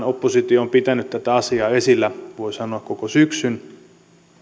oppositio on pitänyt tätä asiaa esillä voi sanoa koko syksyn